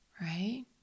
Right